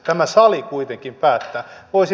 tämä sali kuitenkin päättää